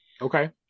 Okay